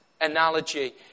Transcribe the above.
analogy